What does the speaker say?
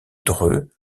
dreux